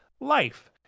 life